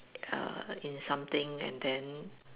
err in something and then